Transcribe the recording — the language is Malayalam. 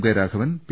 K Raghavan P